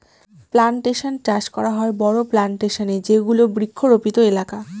plantation চাষ করা হয় বড়ো প্লানটেশনে যেগুলো বৃক্ষরোপিত এলাকা